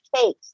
taste